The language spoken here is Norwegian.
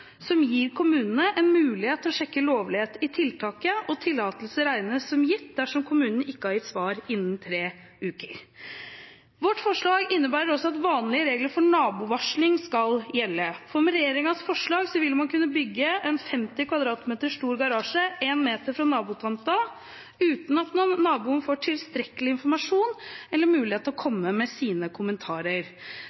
som gir kommunene mulighet til å sjekke lovligheten av tiltaket. Tillatelse regnes som gitt dersom kommunen ikke har gitt svar innen tre uker. Vårt forslag innebærer også at vanlige regler for nabovarsling skal gjelde. Med regjeringens forslag vil man kunne bygge en 50 m2 stor garasje 1 meter fra nabotomten uten at naboen får tilstrekkelig informasjon eller mulighet til å